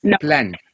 plan